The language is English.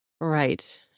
Right